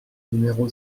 numéro